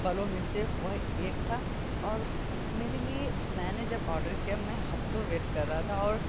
पलों में से वह एक था और मेरे लिए मैंने जब ऑर्डर किया मैं हफ्तों वेट कर रहा था और